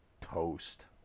toast